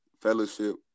fellowship